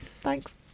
Thanks